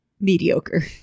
Mediocre